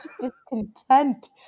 discontent